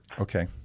Okay